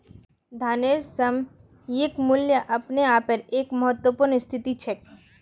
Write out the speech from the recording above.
धनेर सामयिक मूल्य अपने आपेर एक महत्वपूर्ण स्थिति छेक